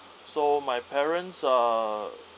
so my parents are